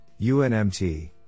UNMT